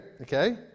okay